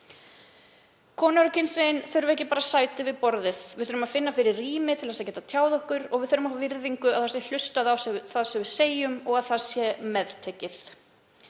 Konur og kynsegin þurfa ekki bara sæti við borðið. Við þurfum að finna fyrir rými til þess að geta tjáð okkur og við þurfum að fá þá virðingu að hlustað sé á það sem við segjum og að það sé meðtekið.